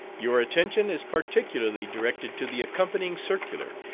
your attention is particularly directed to the accompanying circular,